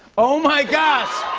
oh, my gosh.